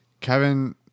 Kevin